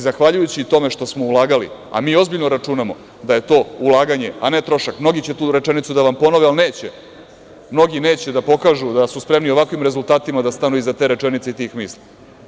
Zahvaljujući tome što smo ulagali, a mi ozbiljno računamo da je to ulaganje, a ne trošak, mnogi će tu rečenicu da vam ponove, ali mnogi neće da pokažu da su spremni ovakvim rezultatima da stanu iza te rečenice i tih misli.